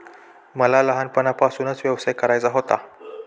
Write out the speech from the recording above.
मला लहानपणापासूनच व्यवसाय करायचा होता